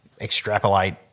extrapolate